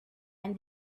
and